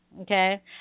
Okay